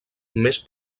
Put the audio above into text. més